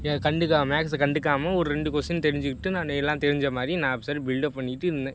என்ன கண்டுக்காமல் மேக்ஸ்ஸை கண்டுக்காமல் ஒரு ரெண்டு கொஸ்டின் தெரிஞ்சுக்கிட்டு நான் எல்லாம் தெரிஞ்ச மாதிரி நான் அப்சல் பில் டப் பண்ணிகிட்டு இருந்தேன்